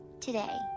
today